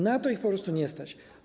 Na to ich po prostu nie stać.